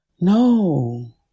no